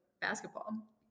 basketball